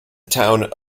town